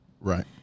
Right